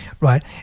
right